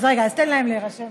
אז רגע תן להם להירשם.